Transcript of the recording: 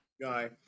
guy